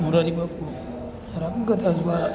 મોરારી બાપુ રામકથા દ્વારા